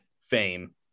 fame